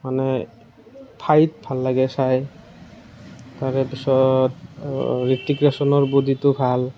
মানে ফাইট ভাল লাগে চাই তাৰে পিছত হৃত্তিক ৰোশনৰ বডিটো ভাল